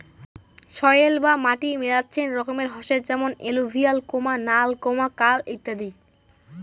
soil বা মাটি মেলাচ্ছেন রকমের হসে যেমন এলুভিয়াল, নাল, কাল ইত্যাদি